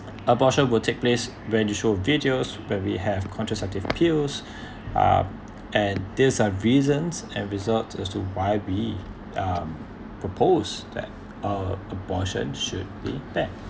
abortion will take place when you show videos where we have contraceptive pills um and these are reasons and result us to why we um proposed that uh abortion should be banned